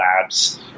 labs